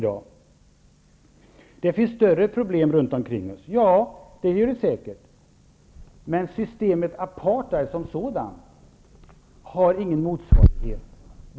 Det finns större problem runt omkring oss, sade Ian Wachtmeister. Ja, det gör det säkert. Men systemet apartheid som sådant har ingen motsvarighet.